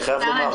אני חייב לומר,